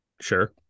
sure